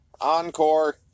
Encore